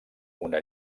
una